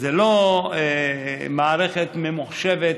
זו לא מערכת ממוחשבת